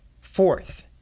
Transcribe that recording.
fourth